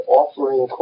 offering